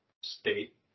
state